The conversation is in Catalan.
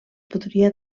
podria